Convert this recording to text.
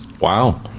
Wow